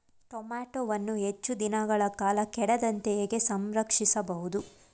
ಟೋಮ್ಯಾಟೋವನ್ನು ಹೆಚ್ಚು ದಿನಗಳ ಕಾಲ ಕೆಡದಂತೆ ಹೇಗೆ ಸಂರಕ್ಷಿಸಬಹುದು?